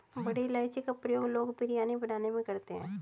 बड़ी इलायची का प्रयोग लोग बिरयानी बनाने में करते हैं